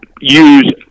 use